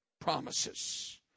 Promises